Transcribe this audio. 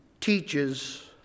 teaches